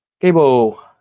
cable